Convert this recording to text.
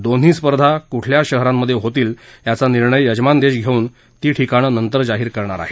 दोन्ही स्पर्धा कुठल्या शहरात होतील याचा निर्णय यजमान देश घेऊन ती ठिकाणं नंतर जाहीर करतील